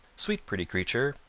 sweet pretty creature!